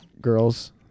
girls